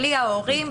בלי ההורים,